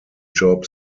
job